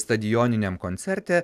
stadijoniniam koncerte